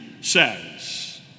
says